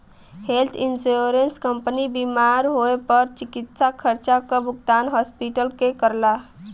health insurance company बीमार होए पर चिकित्सा खर्चा क भुगतान हॉस्पिटल के करला